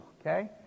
okay